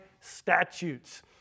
statutes